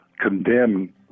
condemn